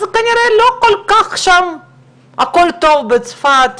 אז כנראה לא כל כך שם הכול טוב בצפת.